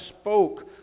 spoke